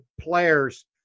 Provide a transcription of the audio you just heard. players